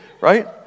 right